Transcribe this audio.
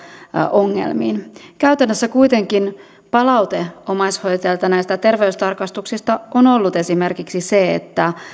ongelmiin käytännössä kuitenkin palaute omaishoitajilta näistä terveystarkastuksista on ollut esimerkiksi se että